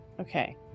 Okay